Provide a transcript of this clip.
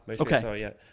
Okay